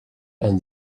and